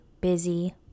busy